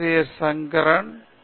சங்கரன் நன்றி